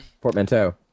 Portmanteau